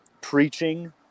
preaching